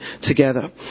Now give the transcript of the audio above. together